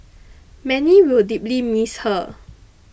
many will deeply miss her